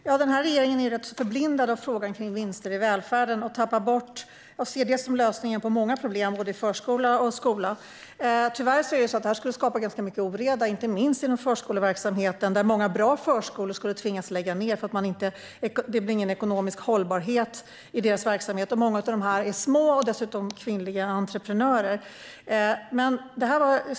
Herr talman! Regeringen är rätt så förblindad av frågan om vinster i välfärden. Den ser ett förbud som lösningen på många problem i både förskola och skola. Tyvärr skulle det skapa ganska mycket oreda inte minst inom förskoleverksamheten. Många bra förskolor skulle tvingas lägga ned för att det inte blir någon ekonomisk hållbarhet i deras verksamhet. Många av dem är små och drivs dessutom av kvinnliga entreprenörer.